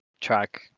track